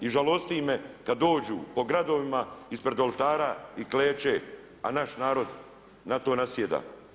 I žalosti me kada dođu po gradovima ispred oltara i kleče, a naš narod na to nasjeda.